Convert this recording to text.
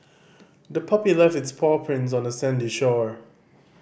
the puppy left its paw prints on the sandy shore